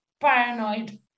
paranoid